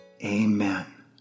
Amen